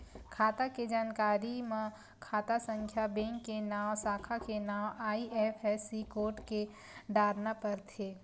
खाता के जानकारी म खाता संख्या, बेंक के नांव, साखा के नांव, आई.एफ.एस.सी कोड डारना परथे